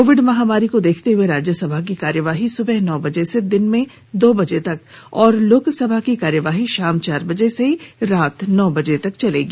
Covid महामारी को देखते हए राज्यसभा की कार्यवाही सुबह नौ बजे से दिन में दो बर्जे तक और लोकसभा की कार्यवाही शाम चार बजे से रात्रि नौ बजे तक चलेगी